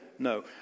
No